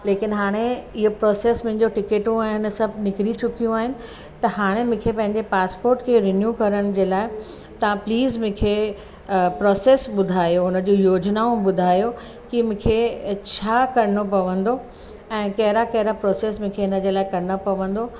लेकिन हाणे इहा प्रोसैस मुंहिंजो टिकेटूं आहिनि सभु निकरी चुकूं आहिनि त हाणे मूंखे पंहिंजे पासपोट खे रिन्यू करण जे लाइ तव्हां प्लीज़ मूंखे प्रोसेस ॿुधायो हुन जो योजनाऊं ॿुधायो कि मूंखे छा करिणो पवंदो ऐं कहिड़ा कहिड़ा प्रोसेस मूंखे हिन जे लाइ करिणा पवंदो